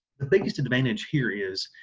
the biggest advantage here is,